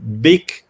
big